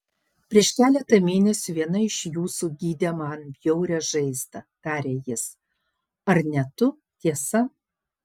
prieš keletą mėnesių viena iš jūsų gydė man bjaurią žaizdą tarė jis tai ne tu tiesa